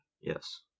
Yes